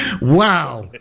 Wow